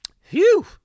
Phew